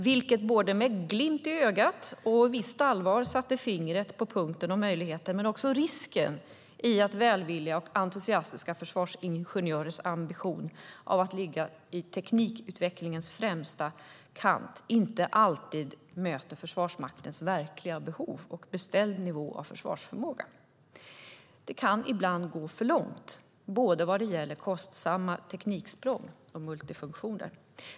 Det satte med en glimt i ögat fingret både på den möjlighet och den risk som välvilliga och entusiastiska försvarsingenjörers ambition att ligga i teknikutvecklingens framkant innebär, nämligen att inte alltid möta Försvarsmaktens verkliga behov och beställd nivå av försvarsförmåga. Det kan ibland gå för långt när det gäller både tekniksprång och multifunktioner.